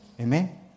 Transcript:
Amen